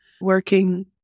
working